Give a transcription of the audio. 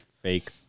fake